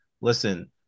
listen